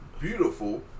beautiful